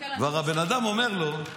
הבן אדם אומר לו: